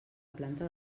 planta